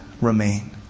Remain